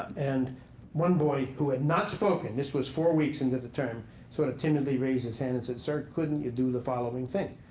and one boy, who had not spoken this was four weeks into the term sort of timidity raised his hand and said, sir, couldn't you do the following thing.